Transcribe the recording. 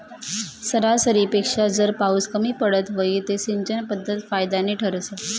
सरासरीपेक्षा जर पाउस कमी पडत व्हई ते सिंचन पध्दत फायदानी ठरस